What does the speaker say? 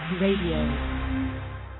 Radio